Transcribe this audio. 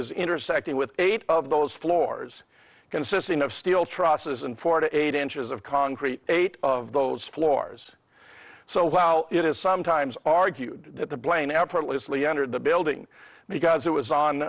was intersecting with eight of those floors consisting of steel trusses and four to eight inches of concrete eight of those floors so how it is sometimes argued that the plane effortlessly entered the building because it was on